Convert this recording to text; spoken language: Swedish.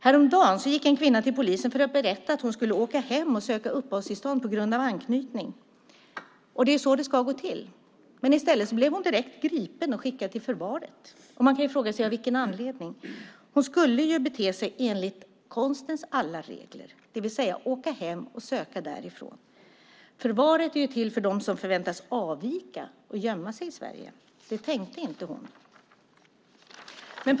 Häromdagen gick en kvinna till polisen för att berätta att hon skulle åka hem och söka uppehållstillstånd på grund av anknytning. Det är så det ska gå till. I stället blev hon direkt gripen och skickad till förvaret. Man kan fråga sig av vilken anledning. Hon skulle ju bete sig enligt konstens alla regler, det vill säga åka hem och söka därifrån. Förvaret är till för dem som förväntas avvika och gömma sig i Sverige. Det tänkte inte hon göra.